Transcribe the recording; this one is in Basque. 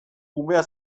umea